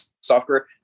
software